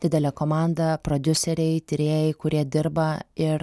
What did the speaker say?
didelė komanda prodiuseriai tyrėjai kurie dirba ir